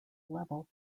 level